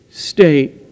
state